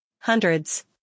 Hundreds